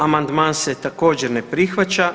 Amandman se također ne prihvaća.